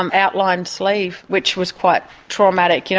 um outlined sleeve which was quite traumatic. you know